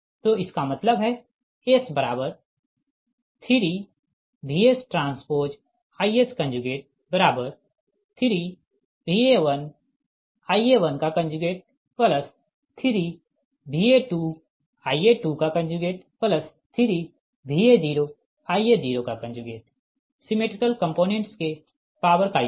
तो इसका मतलब हैS3VsTIs3 Va1Ia13Va2 Ia23Va0Ia0 सिमेट्रिकल कंपोनेंट्स के पॉवर का योग